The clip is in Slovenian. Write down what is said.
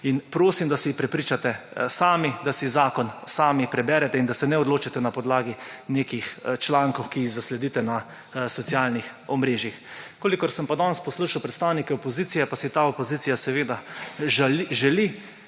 In prosim, da se prepričate sami, da si zakon sami preberete in da se ne odločate na podlagi nekih člankov, ki jih zasledite na socialnih omrežjih. Kolikor sem pa danes poslušal predstavnike opozicije, pa si ta opozicija seveda želi,